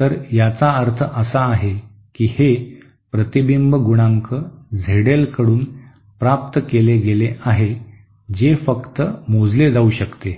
तर याचा अर्थ असा आहे की हे प्रतिबिंब गुणांक झेड एल कडून प्राप्त केले गेले आहे जे फक्त मोजले जाऊ शकते